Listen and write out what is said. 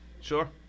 sure